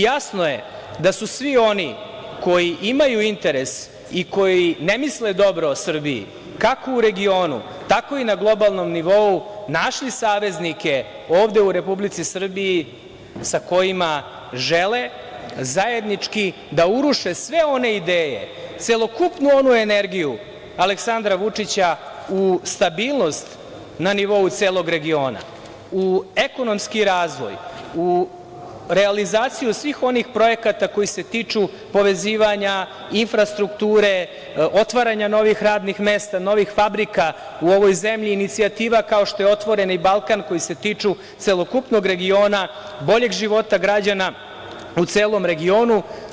Jasno je da su svi oni koji imaju interes i koji ne misle dobro Srbiji, kako u regionu, tako i na globalnom nivou, našli saveznike ovde u Republici Srbiji sa kojima žele zajednički da uruše sve one ideje, celokupnu onu energiju Aleksandra Vučića u stabilnost na nivou celog regiona, u ekonomski razvoj, u realizaciju svih onih projekata koji se tiču povezivanja, infrastrukture, otvaranje novih radnih mesta, novih fabrika u ovoj zemlji, inicijativa kao što je „Otvoreni Balkan“, koje se tiču celokupnog regiona, boljeg života građana u celom regionu.